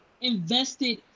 invested